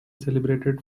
celebrated